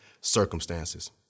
circumstances